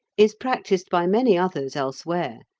is practised by many others elsewhere,